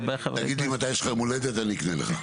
תגיד לי מתי יש לך יום הולדת אקנה לך.